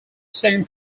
second